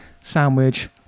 sandwich